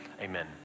Amen